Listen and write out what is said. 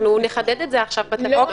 אנחנו נחדד את זה עכשיו בתקנות.